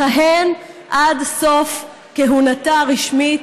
לכהן עד סוף כהונתה הרשמית,